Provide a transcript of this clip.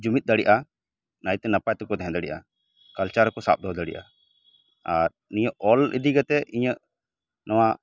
ᱡᱩᱢᱤᱫ ᱫᱟᱲᱮᱜᱼᱟ ᱱᱟᱭᱛᱮ ᱱᱟᱯᱟᱭ ᱛᱮᱠᱚ ᱛᱟᱦᱮᱸ ᱫᱟᱲᱮᱜᱼᱟ ᱠᱟᱞᱪᱟᱨ ᱠᱚ ᱥᱟᱵ ᱫᱚᱦᱚ ᱫᱟᱲᱮᱜᱼᱟ ᱟᱨ ᱱᱤᱭᱟᱹ ᱚᱞ ᱤᱫᱤ ᱠᱟᱛᱮᱜ ᱤᱧᱟᱹᱜ ᱱᱚᱣᱟ